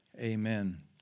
Amen